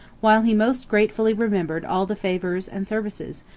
while he most gratefully remembered all the favors and services,